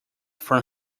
from